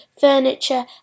furniture